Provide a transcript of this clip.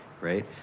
right